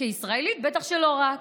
כישראלית בטח שלא רק.